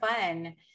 fun